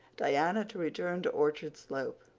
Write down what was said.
diana to return to orchard slope,